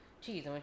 cheese